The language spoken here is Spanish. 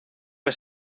que